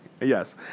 yes